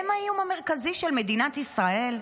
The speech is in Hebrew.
הם האיום המרכזי של מדינת ישראל?